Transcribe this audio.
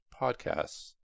podcasts